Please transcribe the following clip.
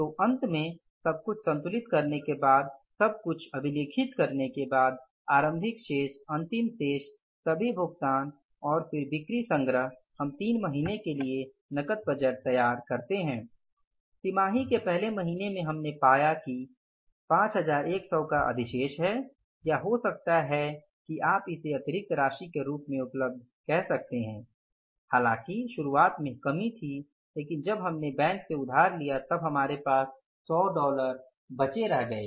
तो अंत में सब कुछ संतुलित करने के बाद सब कुछ अभिलेखित करने के बाद आरंभिक शेष अंतिम शेष सभी भुगतान और फिर बिक्री संग्रह हम 3 महीने के लिए नकद बजट तैयार करते है तिमाही के पहले महीने में हमने पाया कि 5100 का अधिशेष है या हो सकता है कि आप इसे अतिरिक्त राशि के रूप में उपलब्ध कह सकते ह हालांकि शुरुआत में कमी थी लेकिन जब हमने बैंक से उधार लिया था तो हमारे पास 100 बचे रह गए